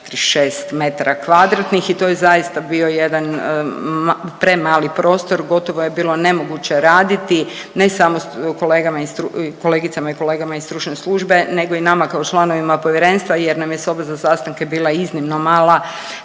od 334,36 m2 i to je zaista bio jedan premali prostor, gotovo je bilo nemoguće raditi ne samo kolegama iz stru…, kolegicama i kolegama iz stručne službe nego i nama kao članovima povjerenstva jer nam je soba za sastanke bila iznimno mala,